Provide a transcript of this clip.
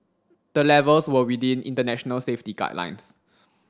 the levels were within international safety guidelines